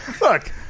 Look